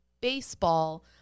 baseball